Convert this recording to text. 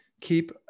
keep